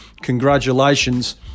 Congratulations